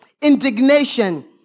Indignation